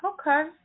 Okay